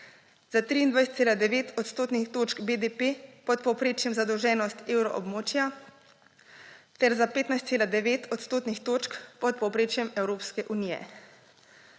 za 23,9 odstotne točke BDP pod povprečjem zadolženosti evroobmočja ter za 15,9 odstotne točke pod povprečjem Evropske unije.